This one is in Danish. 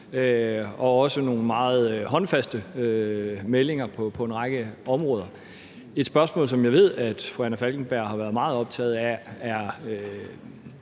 er også nogle meget håndfaste meldinger på en række områder. Et spørgsmål, som jeg ved at fru Anna Falkenberg har været meget optaget af, er